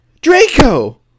Draco